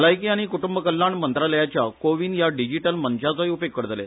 भलायकी आनी कुटुंब कल्याण मंत्रालयाच्या को विन या डिजीटल मंचाचोय उपेग करतले